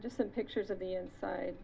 just some pictures of the inside